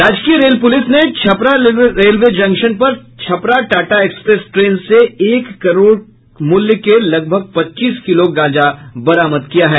राजकीय rail police ने Chhapra railway junction पर छपरा टाटा एक्सप्रेस ट्रेन से एक करोड़ मूल्य का लगभग पच्चीस किलो गांजा बरामद किया है